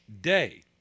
day